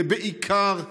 ובעיקר,